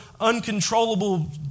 uncontrollable